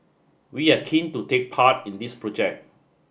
we are keen to take part in this project